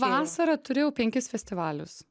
vasarą turėjau penkis festivalius